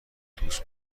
دوست